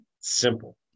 simple